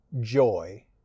joy